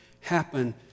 happen